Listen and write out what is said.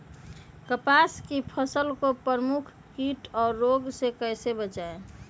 कपास की फसल को प्रमुख कीट और रोग से कैसे बचाएं?